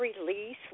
release